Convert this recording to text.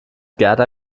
gerda